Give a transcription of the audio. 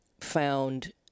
found